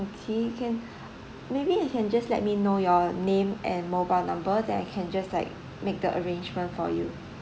okay can maybe you can just let me know your name and mobile number then I can just like make the arrangement for you